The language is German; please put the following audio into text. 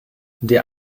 der